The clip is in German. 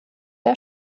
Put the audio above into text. der